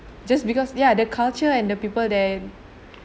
just because they are the culture and the people there